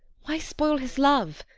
why spoil his love?